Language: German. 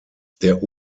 der